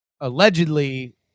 allegedly